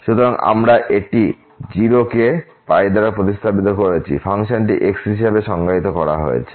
সুতরাং আমরা এটি 0 কে প্রতিস্থাপিত করেছি ফাংশনটি x হিসাবে সংজ্ঞায়িত করা হয়েছে